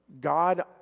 God